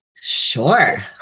Sure